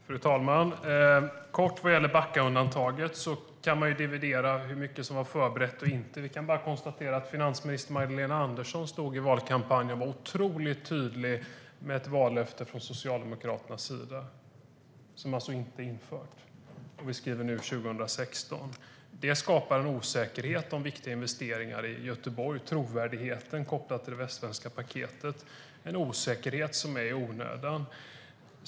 Fru talman! Jag ska säga något kort om Backaundantaget. Man kan dividera om hur mycket som var förberett och inte. Vi kan bara konstatera att finansminister Magdalena Andersson stod i valkampanjen och var otroligt tydligt med ett vallöfte från Socialdemokraternas sida. Det är alltså inte infört, och vi skriver nu 2016. Det skapar en osäkerhet om viktiga investeringar i Göteborg. Det handlar om trovärdigheten kopplad till det västsvenska paketet. Det är en osäkerhet i onödan.